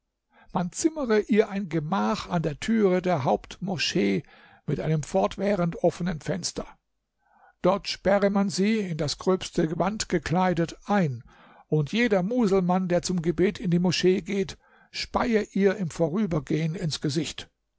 man zimmere ihr ein gemach an der türe der hauptmoschee mit einem fortwährend offenen fenster dort sperre man sie in das gröbste gewand gekleidet ein und jeder muselmann der zum gebet in die moschee geht speie ihr im vorübergehen ins gesicht